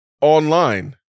online